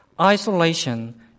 isolation